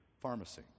pharmacy